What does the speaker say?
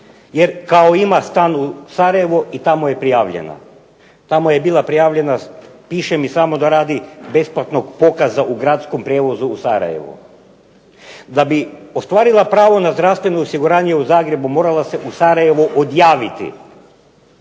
jer kao ima stan u Sarajevu i tamo je prijavljena. Tamo je bila prijavljena, piše mi samo da radi besplatnog pokaza u gradskom prijevozu u Sarajevu. Da bi ostvarila pravo na zdravstveno osiguranje u Zagrebu morala se u Sarajevu odjaviti,